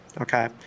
okay